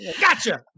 Gotcha